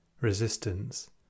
Resistance